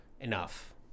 enough